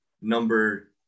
number